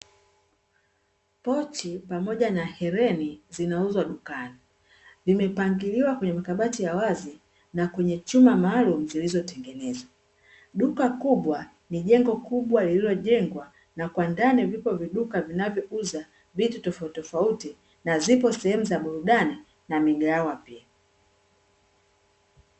Pochi pamoja na hereni zinauzwa dukani. Limepangiliwa kwenye makabati ya wazi na kwenye chuma maalumu zilizotengenezwa. Duka kubwa ni jengo kubwa lililojengwa na kwa ndani viko viduka vinavyouza vitu tofautitofauti, na zipo sehemu za burudani na migahawa pia.